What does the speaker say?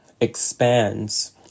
expands